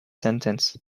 sentence